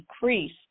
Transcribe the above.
decrease